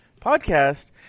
podcast